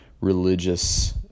religious